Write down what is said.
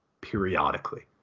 periodically